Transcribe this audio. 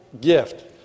gift